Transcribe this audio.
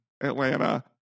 Atlanta